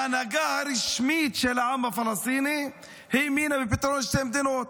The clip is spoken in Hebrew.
ההנהגה הרשמית של העם הפלסטיני האמינה לפתרון שתי המדינות.